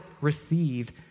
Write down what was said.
received